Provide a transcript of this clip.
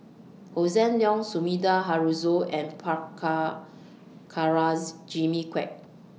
Hossan Leong Sumida Haruzo and Jimmy Quek